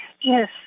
Yes